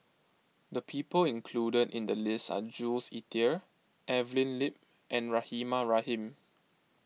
the people included in the list are Jules Itier Evelyn Lip and Rahimah Rahim